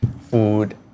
food